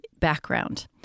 background